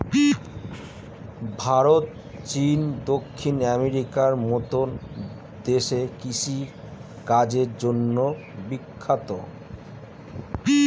ভারত, চীন, দক্ষিণ আমেরিকার মতো দেশ কৃষি কাজের জন্যে বিখ্যাত